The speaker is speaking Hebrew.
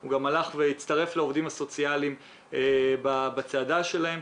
הוא גם הצטרף לעובדים הסוציאליים בצעדה שלהם.